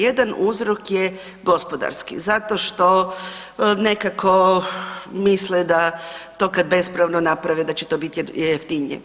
Jedna uzrok je gospodarski zato što nekako misle da to kad bespravno naprave, da će to biti jeftinije.